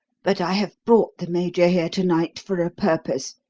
but i have brought the major here to-night for a purpose.